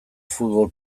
futbol